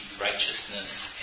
righteousness